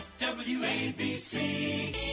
W-A-B-C